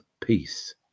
peace